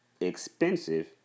expensive